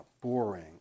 boring